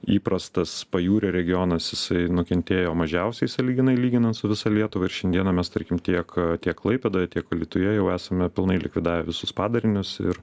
įprastas pajūrio regionas jisai nukentėjo mažiausiai sąlyginai lyginant su visa lietuva ir šiandieną mes tarkim tiek tiek klaipėdoje tiek alytuje jau esame pilnai likvidavę visus padarinius ir